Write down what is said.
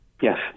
Yes